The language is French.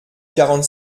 quarante